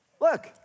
Look